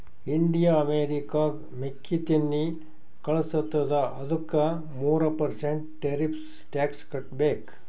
India ಅಮೆರಿಕಾಗ್ ಮೆಕ್ಕಿತೆನ್ನಿ ಕಳುಸತ್ತುದ ಅದ್ದುಕ ಮೂರ ಪರ್ಸೆಂಟ್ ಟೆರಿಫ್ಸ್ ಟ್ಯಾಕ್ಸ್ ಕಟ್ಟಬೇಕ್